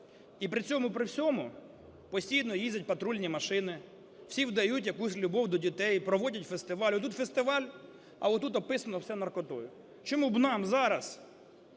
І при цьому при всьому постійно їздять патрульні машини, всі вдають якусь любов до дітей, проводять фестивалі. Отут фестиваль, а отут обписано все наркотою. Чому б нам зараз,